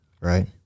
right